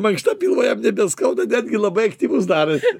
mankšta pilvo jam nebeskauda netgi labai aktyvus darosi